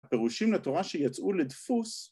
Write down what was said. ‫הפירושים לתורה שיצאו לדפוס...